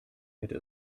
hätte